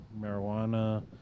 marijuana